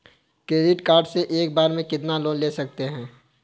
Credit card से एक बार में कितना लोन ले सकते हैं?